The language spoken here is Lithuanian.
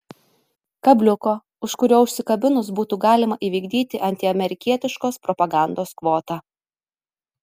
kabliuko už kurio užsikabinus būtų galima įvykdyti antiamerikietiškos propagandos kvotą